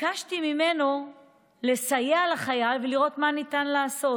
ביקשתי ממנו לסייע לחייל ולראות מה ניתן לעשות,